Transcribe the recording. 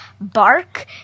bark